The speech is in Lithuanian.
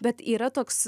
bet yra toks